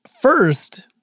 First